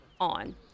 on